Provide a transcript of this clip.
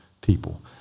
people